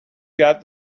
got